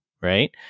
right